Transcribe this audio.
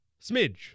smidge